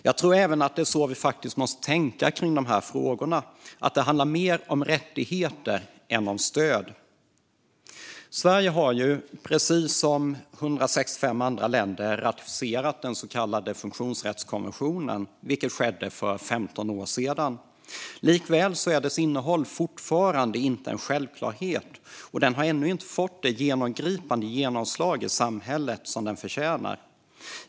Jag tror även att det är så vi faktiskt måste tänka kring de här frågorna: att det handlar mer om rättigheter än om stöd. Sverige har precis som 165 andra länder ratificerat den så kallade funktionsrättskonventionen, vilket skedde för 15 år sedan. Likväl är dess innehåll fortfarande inte en självklarhet, och den har ännu inte fått det genomgripande genomslag i samhället som den förtjänar.